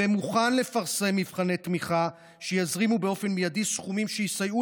ומוכן לפרסם מבחני תמיכה שיזרימו באופן מיידי סכומים שיסייעו